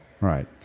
Right